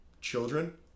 Children